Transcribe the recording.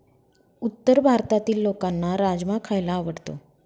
उत्तर भारतातील लोकांना राजमा खायला आवडतो